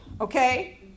okay